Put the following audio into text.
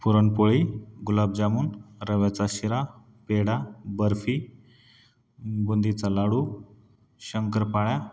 पुरणपोळी गुलाबजामून रव्याचा शिरा पेडा बर्फी बुंदीचा लाडू शंकरपाळ्या